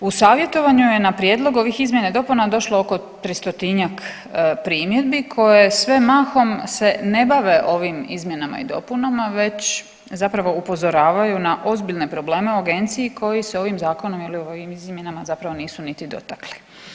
U savjetovanju je na prijedlog ovih izmjena i dopuna došlo oko 300-njak primjedbi koje sve mahom se ne bave ovim izmjenama i dopunama već zapravo upozoravaju na ozbiljne probleme u agenciji koji se ovim zakonom u ovim izmjenama zapravo nisu niti dotakli.